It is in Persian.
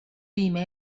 بیمه